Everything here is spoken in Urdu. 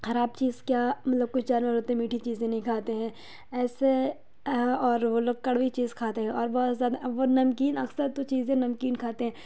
خراب چیز کیا مطلب کچھ جانور ہوتے ہیں میٹھی چیزیں نہیں کھاتے ہیں ایسے اور وہ لوگ کڑوی چیز کھاتے ہیں اور بہت زیادہ وہ نمکین اکثر تو چیزیں نمکین کھاتے ہیں